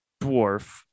dwarf